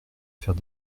faire